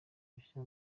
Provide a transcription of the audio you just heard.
rushya